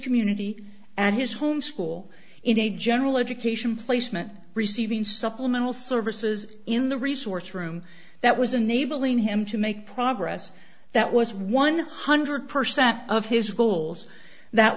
community and his home school in a general education placement receiving supplemental services in the resource room that was enabling him to make progress that was one hundred percent of his goals that